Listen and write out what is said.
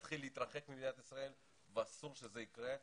להתחיל להתרחק ממדינת ישראל ואסור שזה יקרה.